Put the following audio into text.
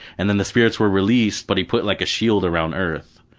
and then the spirits were released, but he put like a shield around earth,